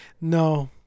No